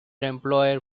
employer